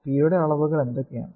p യുടെ അളവുകൾ എന്തൊക്കെയാണ്